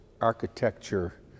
architecture